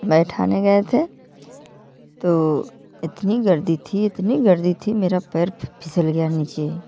बैठाने गए थे तो इतनी गर्दी थी इतनी गर्दी थी मेरा पैर फिसल गया नीचे